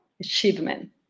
achievement